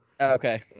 Okay